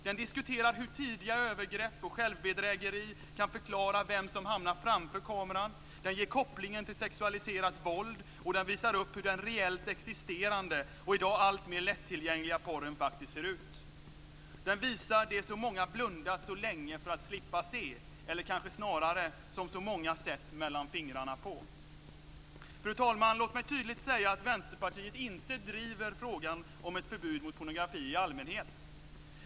Den diskuterar hur tidiga övergrepp och självbedrägeri kan förklara vem som hamnar framför kameran, den ger kopplingen till sexualiserat våld och den visar upp hur den reellt existerande och i dag alltmer lätttillgängliga porren faktiskt ser ut. Den visar det så många blundat så länge för att slippa se, eller kanske snarare det som så många sett mellan fingrarna på. Fru talman! Låt mig tydligt säga att Vänsterpartiet inte driver frågan om ett förbud mot pornografi i allmänhet.